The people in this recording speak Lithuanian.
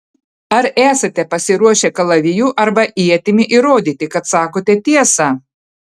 ar esate pasiruošę kalaviju arba ietimi įrodyti kad sakote tiesą